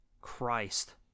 Christ